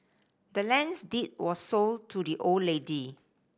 the land's deed was sold to the old lady